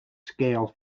scale